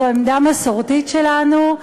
זו עמדה מסורתית שלנו,